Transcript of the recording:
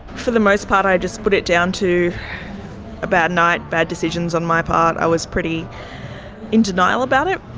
for the most part i just put it down to a bad night, bad decisions on my part. i was pretty in denial about it.